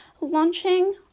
launching